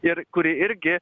ir kuri irgi